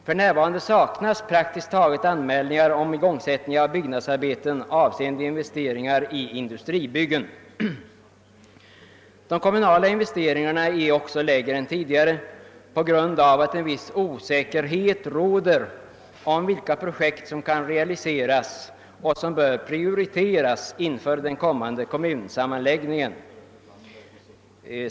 För närvarande saknas praktiskt taget anmälningar om De kommunala investeringarna är också lägre än tidigare på grund av att en viss osäkerhet råder om vilka projekt som kan realiseras och som bör prioriteras inför den kommande kommunsammanläggningen.